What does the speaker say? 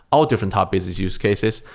all different topic is is use cases.